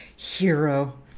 hero